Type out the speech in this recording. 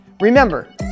Remember